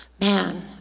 Man